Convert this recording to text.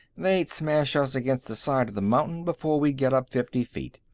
they'd smash us against the side of the mountain before we'd get up fifty feet.